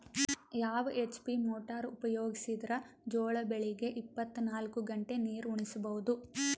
ಯಾವ HP motor ಉಪಯೋಗಿಸಿದರ ಜೋಳ ಬೆಳಿಗ ಇಪ್ಪತ ನಾಲ್ಕು ಗಂಟೆ ನೀರಿ ಉಣಿಸ ಬಹುದು?